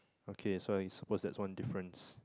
okay I suppose that's one difference